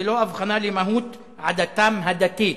ללא הבחנה לעניין מהות עדתם הדתית: